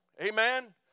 Amen